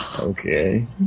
Okay